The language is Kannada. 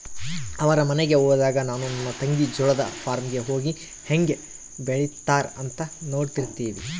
ಅವರ ಮನೆಗೆ ಹೋದಾಗ ನಾನು ನನ್ನ ತಂಗಿ ಜೋಳದ ಫಾರ್ಮ್ ಗೆ ಹೋಗಿ ಹೇಂಗೆ ಬೆಳೆತ್ತಾರ ಅಂತ ನೋಡ್ತಿರ್ತಿವಿ